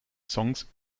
songs